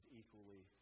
equally